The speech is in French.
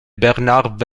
bernard